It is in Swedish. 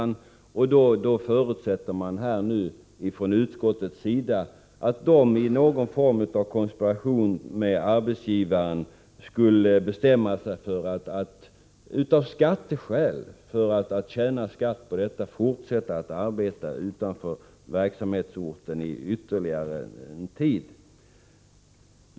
Nu förutsätter man från utskottets sida att de i någon form av konspiration med arbetsgivaren, för att skattevägen göra en förtjänst, skulle bestämma sig för att fortsätta att arbeta utanför verksamhetsorten ytterligare en tid.